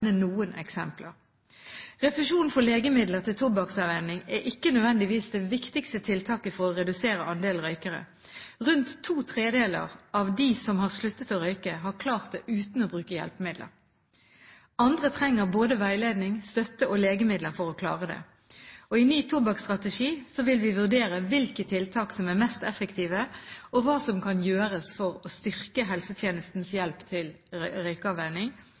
eksempler. Refusjon for legemidler til tobakksavvenning er ikke nødvendigvis det viktigste tiltaket for å redusere andelen røykere. Rundt to tredeler av dem som har sluttet å røyke, har klart det uten å bruke hjelpemidler. Andre trenger både veiledning, støtte og legemidler for å klare det. I ny tobakksstrategi vil vi vurdere hvilke tiltak som er mest effektive, og hva som kan gjøres for å styrke helsetjenestens hjelp til